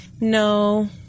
No